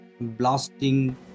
blasting